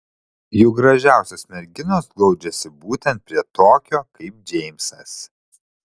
juk gražiausios merginos glaudžiasi būtent prie tokio kaip džeimsas